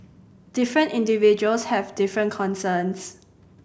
different individuals have different concerns